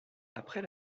après